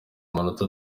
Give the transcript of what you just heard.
amanota